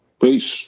Peace